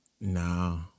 No